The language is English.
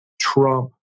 trump